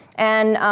and,